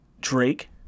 Drake